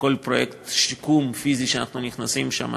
בכל פרויקט שיקום פיזי שאנחנו נכנסים אליו,